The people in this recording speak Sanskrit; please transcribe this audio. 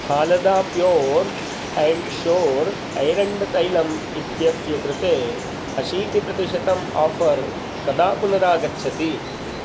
फालदा प्यूर् अण्ड् शोर् ऐरण्डतैलम् इत्यस्य कृते अशीतिप्रतिशतम् आफ़र् कदा पुनरागच्छति